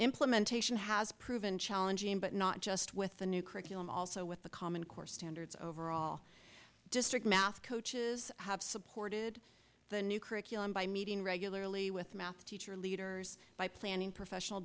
implementation has proven challenging but not just with the new curriculum also with the common core standards overall district math coaches have supported the new curriculum by meeting regularly with math teacher leaders by planning professional